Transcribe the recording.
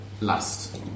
last